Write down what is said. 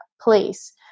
place